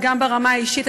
גם ברמה האישית,